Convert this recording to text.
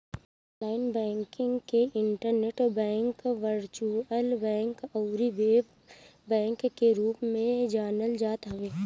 online banking के internet bank, virtual bank अउरी web bank के रूप में जानल जात हवे